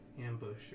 ambush